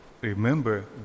Remember